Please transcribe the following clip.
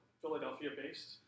Philadelphia-based